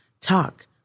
talk